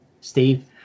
steve